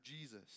Jesus